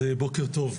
בוקר טוב.